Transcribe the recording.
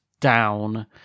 down